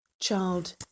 Child